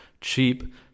cheap